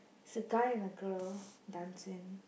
it's a guy and a girl dancing